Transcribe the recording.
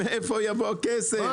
תנו לו לסיים את המתווה שלו.